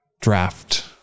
draft